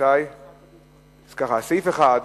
סעיף 1,